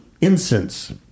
incense